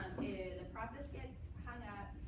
the process gets hung up.